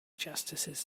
justices